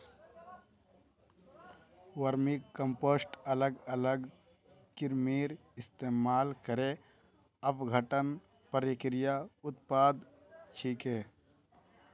vermicompost अलग अलग कृमिर इस्तमाल करे अपघटन प्रक्रियार उत्पाद छिके